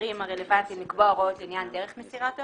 לשרים הרלוונטיים לקבוע הוראות לעניין דרך מסירת ההודעות,